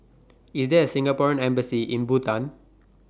IS There A Singapore Embassy in Bhutan